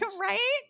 right